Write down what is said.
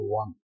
one